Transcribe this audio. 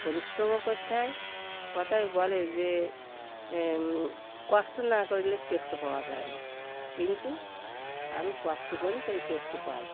পরিশ্রমও করতে হয় কথায় বলে যে কষ্ট না করলে কেষ্ট পাওয়া যায় না কিন্তু আমি কষ্ট করি তাই কেষ্ট পাই